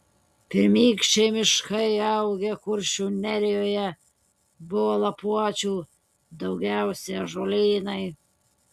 pirmykščiai miškai augę kuršių nerijoje buvo lapuočių daugiausiai ąžuolynai